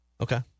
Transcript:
Okay